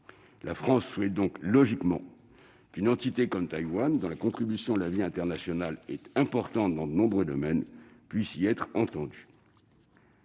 pays souhaite logiquement qu'une entité comme Taïwan, dont la contribution à la vie internationale est importante dans de nombreux domaines, puisse y être entendue.